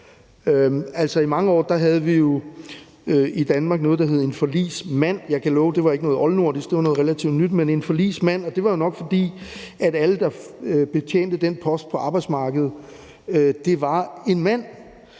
sig. I mange år havde vi i Danmark noget, der hed en forligsmand. Jeg kan love, at det ikke var noget oldnordisk; det var noget relativt nyt. Men det hed en forligsmand, og det var jo nok, fordi alle, der betjente den post på arbejdsmarkedet, var mænd.